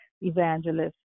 evangelists